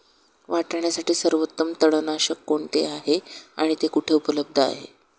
वाटाण्यासाठी सर्वोत्तम तणनाशक कोणते आहे आणि ते कुठे उपलब्ध आहे?